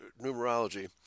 numerology